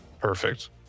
Perfect